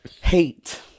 Hate